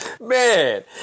man